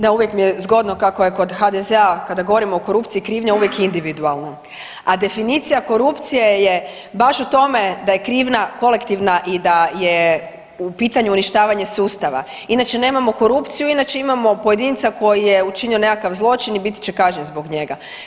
Da, uvijek mi je zgodno kako je kod HDZ-a kada govorimo o korupciji krivnja uvijek individualno, a definicija korupcije je baš u tome da je krivnja kolektivna i da je u pitanju uništavanje sustava inače nemamo korupciju inače imamo pojedinca koji je učinio nekakav zločin i biti će kažnjen zbog njega.